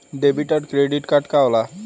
Debit और credit card का होला?